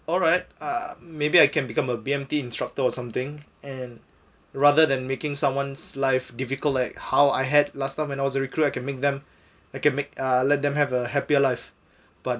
alright uh maybe I can become a B_M_T instructor or something and rather than making someone's life difficult like how I had last time when I was a recruit I can make them I can make uh let them have a happier life but